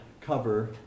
cover